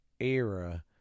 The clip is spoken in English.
era